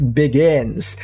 begins